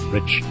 Rich